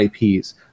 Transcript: IPs